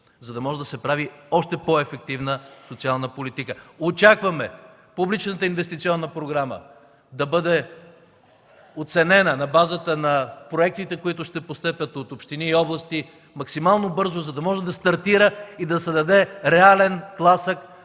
за да може да се прави още по-ефективна социална политика. Очакваме публичната инвестиционна програма да бъде оценена на базата на проектите, които ще постъпят от общини и области максимално бързо, за да може да стартира и да се даде реален тласък